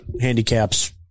handicaps